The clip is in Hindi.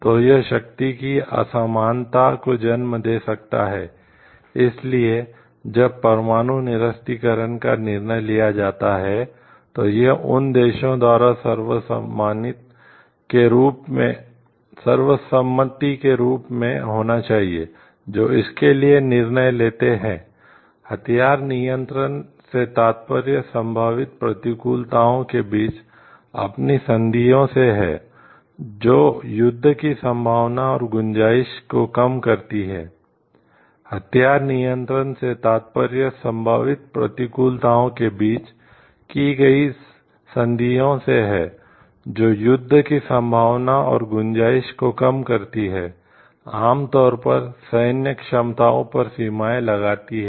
तो यह शक्ति की असमानता को जन्म दे सकता है इसलिए जब परमाणु निरस्त्रीकरण का निर्णय लिया जाता है तो यह उन देशों द्वारा सर्वसम्मति के रूप में होना चाहिए जो इसके लिए निर्णय लेते हैं हथियार नियंत्रण से तात्पर्य संभावित प्रतिकूलताओं के बीच बनी संधियों से है जो युद्ध की संभावना और गुंजाइश को कम करती हैं हथियार नियंत्रण से तात्पर्य संभावित प्रतिकूलताओं के बीच की गई संधियों से है जो युद्ध की संभावना और गुंजाइश को कम करती हैं आमतौर पर सैन्य क्षमताओं पर सीमाएं लगाती हैं